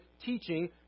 teaching